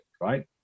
right